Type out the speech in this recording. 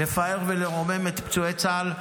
לפאר ולרומם את פצועי צה"ל.